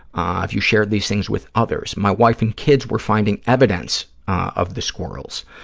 ah have you shared these things with others? my wife and kids were finding evidence of the squirrels.